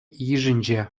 йышӗнче